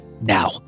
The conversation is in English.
now